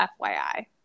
FYI